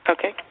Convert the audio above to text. Okay